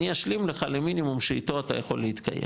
אני אשלים לך למינימום שאתו אתה יכול להתקיים.